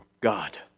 God